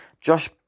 Josh